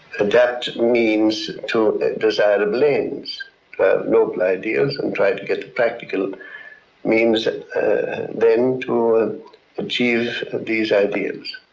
adapt means to desirable ends. to have noble ideas and try to get the practical means then to and achieve these ideas.